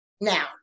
now